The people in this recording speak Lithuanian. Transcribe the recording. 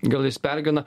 gal jis pergyvena